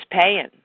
paying